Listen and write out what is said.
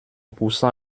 poussant